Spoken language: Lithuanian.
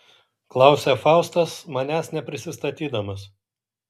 klausia faustas manęs nepristatydamas